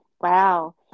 wow